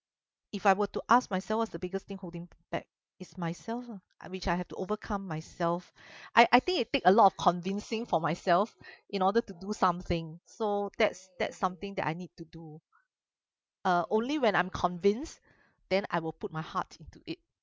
if I were to ask myself as the biggest thing holding back is myself lah I wish I have to overcome myself I I think it think a lot of convincing for myself in order to do something so that's that's something that I need to do uh only when I'm convince then I will put my heart into it